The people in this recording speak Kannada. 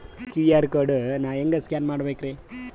ಕ್ಯೂ.ಆರ್ ಕೋಡ್ ನಾ ಹೆಂಗ ಸ್ಕ್ಯಾನ್ ಮಾಡಬೇಕ್ರಿ?